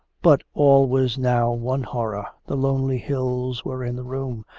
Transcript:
but all was now one horror the lonely hills were in the room,